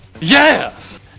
Yes